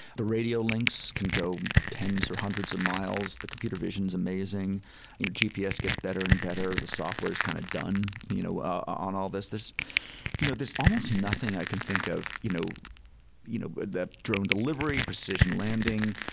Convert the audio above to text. the radio links can go tens or hundreds of miles. the computer vision is amazing. the gps gets better and better. the software is kind of done you know ah on all these. there's you know there's almost nothing i can think of. you know you know but the drone delivery precision landing,